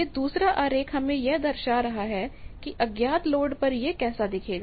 यह दूसरा आरेख हमें यह दर्शा रहा है कि अज्ञात लोड पर यह कैसा दिखेगा